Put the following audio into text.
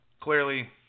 clearly